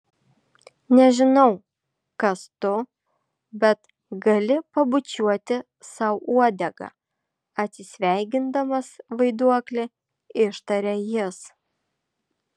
nežinau kas tu bet gali pabučiuoti sau uodegą atsisveikindamas vaiduokli ištarė jis